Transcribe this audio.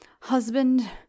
Husband